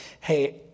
hey